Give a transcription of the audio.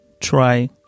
try